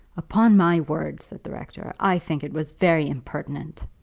upon my word, said the rector, i think it was very impertinent.